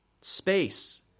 space